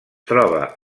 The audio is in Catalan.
troba